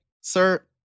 sir